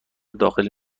داخل